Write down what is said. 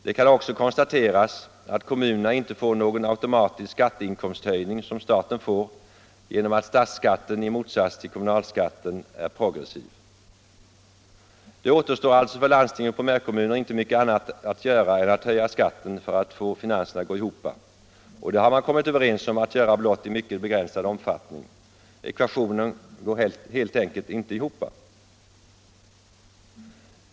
Det kan också konstateras att kommunerna inte får någon automatisk skatteinkomsthöjning, vilket staten får genom att statsskatten i motsats till kommunalskatten är progressiv. Det återstår alltså för landsting och primärkommuner inte mycket annat att göra för att klara finanserna än att höja skatten, och det har man kommit överens om att göra blott i mycket begränsad omfattning. Ekvationen går helt enkelt inte ihop.